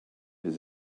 his